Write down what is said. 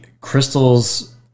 crystals